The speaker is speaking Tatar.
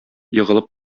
егылып